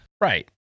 right